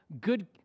good